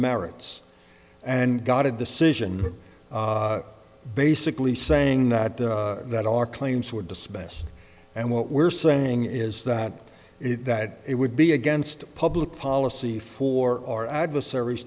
merits and got a decision basically saying that our claims were dismissed and what we're saying is that it that it would be against public policy for our adversaries